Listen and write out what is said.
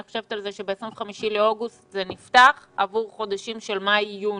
חושבת על זה שב-25 באוגוסט זה נפתח עבור חודשים של מאי-יוני-יולי.